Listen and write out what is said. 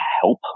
help